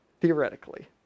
theoretically